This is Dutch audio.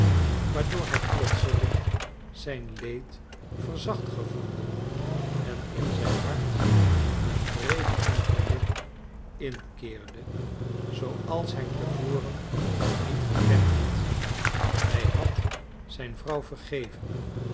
waardoor hij plotseling zijn leed verzacht gevoelde en in zijn hart een vrede en geluk inkeerde zooals hij te voren niet gekend had hij had zijn vrouw vergeven